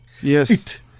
yes